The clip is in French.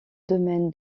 domaines